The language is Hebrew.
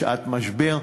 בשעת משבר.